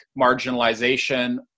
marginalization